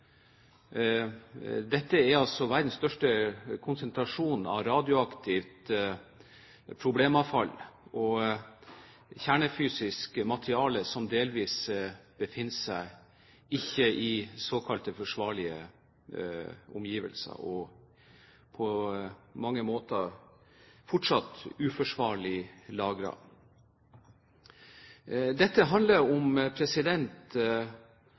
Dette er verdens største konsentrasjon av radioaktivt problemavfall og kjernefysisk materiale som delvis befinner seg i såkalte ikke-forsvarlige omgivelser, og som på mange måter fortsatt er uforsvarlig lagret. Dette handler om